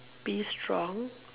be strong